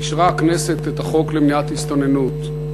אישרה הכנסת את החוק למניעת הסתננות.